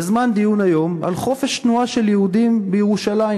בזמן דיון היום על חופש תנועה של יהודים בירושלים,